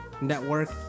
network